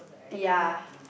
ya